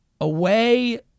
Away